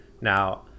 now